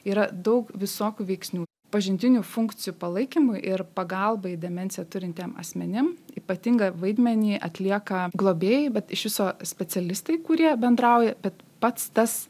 yra daug visokių veiksnių pažintinių funkcijų palaikymui ir pagalbai demencija turintiem asmenim ypatingą vaidmenį atlieka globėjai vat iš viso specialistai kurie bendrauja bet pats tas